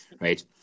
right